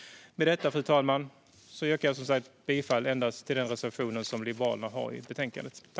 Med detta, fru talman, yrkar jag som sagt bifall endast till den reservation som Liberalerna har i betänkandet.